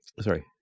Sorry